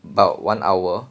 about one hour